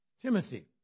Timothy